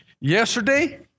yesterday